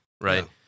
Right